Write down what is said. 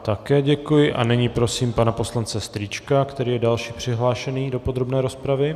Také děkuji a nyní prosím pana poslance Strýčka, který je další přihlášený do podrobné rozpravy.